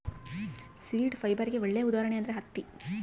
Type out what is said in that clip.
seed ಫೈಬರ್ಗೆ ಒಳ್ಳೆ ಉದಾಹರಣೆ ಅಂದ್ರೆ ಹತ್ತಿ